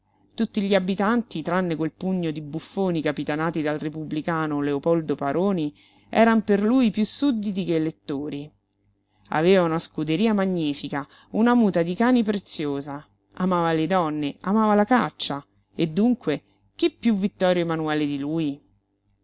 tutti gli abitanti tranne quel pugno di buffoni capitanati dal repubblicano leopoldo paroni eran per lui piú sudditi che elettori aveva una scuderia magnifica una muta di cani preziosa amava le donne amava la caccia e dunque chi piú vittorio emanuele di lui